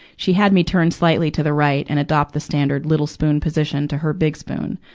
she had me turn slightly to the right and adopted the standard little spoon position to her big spoon.